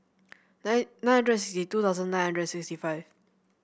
nine nine hundred sixty two thousand nine hundred and seventy five